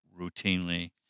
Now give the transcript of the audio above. routinely